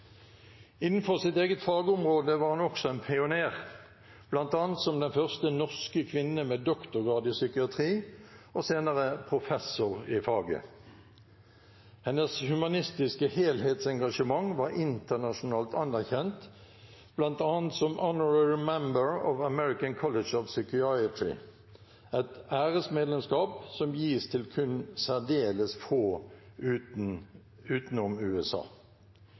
Innenfor sitt eget fagområde var hun også en pioner, bl.a. som den første norske kvinne med doktorgrad i psykiatri og senere professor i faget. Hennes humanistiske helhetsengasjement var internasjonalt anerkjent, bl.a. som Honorary Member of the American College of Psychiatry, et æresmedlemskap som gis til kun særdeles få utenom USA.